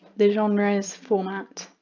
the genres, format,